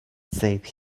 said